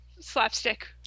Slapstick